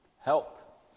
help